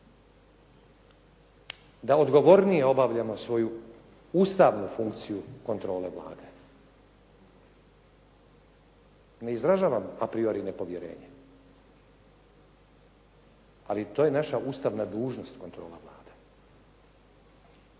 da odgovornije obavljamo svoju ustavnu funkciju kontrole Vlade. Ne izražavam a priori nepovjerenje, ali to je naša ustavna dužnost kontrola Vlade.